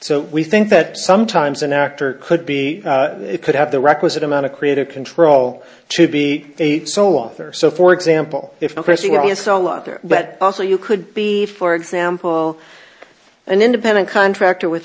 so we think that sometimes an actor could be it could have the requisite amount of creative control to be a solo author so for example if pressing a sellout there but also you could be for example an independent contractor with